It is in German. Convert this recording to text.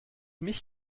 mich